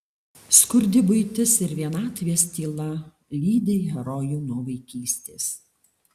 skurdi buitis ir vienatvės tyla lydi herojų nuo vaikystės